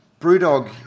Brewdog